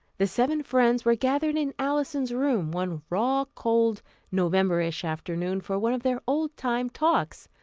the seven friends were gathered in alison's room, one raw, cold novemberish afternoon for one of their old-time talks.